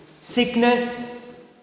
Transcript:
Sickness